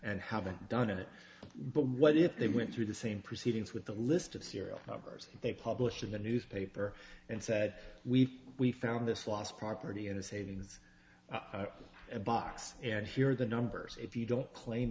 and haven't done it what if they went through the same proceedings with a list of serial numbers they published in the newspaper and said we we found this was property in a savings box and here are the numbers if you don't claim